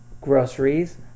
groceries